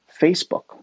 facebook